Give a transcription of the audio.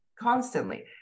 constantly